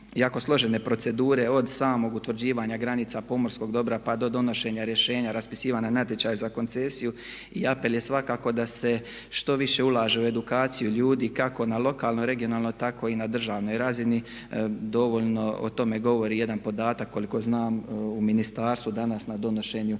jako složene procedure od samog utvrđivanja granica pomorskog dobra pa do donošenja rješenja, raspisivanja natječaja za koncesiju. I apel je svakako da se što više ulaže u edukaciju ljudi kako na lokalnoj, regionalnoj tako i na državnoj razini. Dovoljno o tome govori jedan podatak, koliko znam, u Ministarstvu danas na donošenju